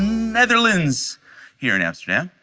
netherlands here in amsterdam.